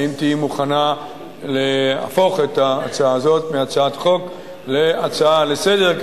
האם תהיי מוכנה להפוך את ההצעה הזאת מהצעת חוק להצעה לסדר-היום,